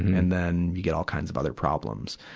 and then, you get all kinds of other problems.